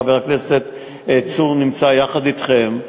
חבר הכנסת צור נמצא יחד אתכם,